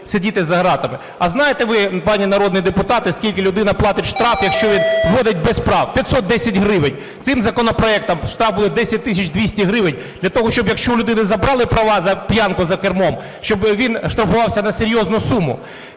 сидіти за гратами. А знаєте ви, пани народні депутати, скільки людина платить штраф, якщо він водить без прав? 510 гривень. Цим законопроектом штраф буде 10200 гривень для того, щоб, якщо у людини забрали прав за п'янку за кермом, щоб він штрафувався на серйозну суму.